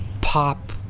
pop